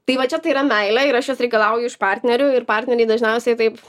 tai va čia tai yra meilė ir aš jos reikalauju iš partnerių ir partneriai dažniausiai taip